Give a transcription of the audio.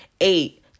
eight